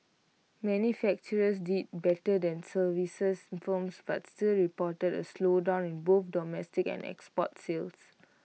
manufacturers did better than services firms but still reported A slowdown in both domestic and export sales